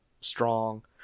Strong